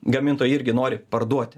gamintojai irgi nori parduoti